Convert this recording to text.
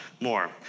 more